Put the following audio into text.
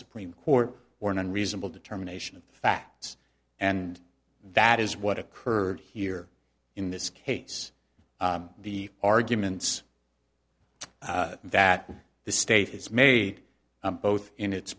supreme court or an unreasonable determination of the facts and that is what occurred here in this case the arguments that the state has made both in its